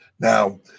Now